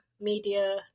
Media